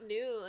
new